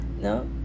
no